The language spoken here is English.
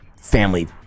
family